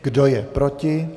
Kdo je proti?